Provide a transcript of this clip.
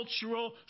cultural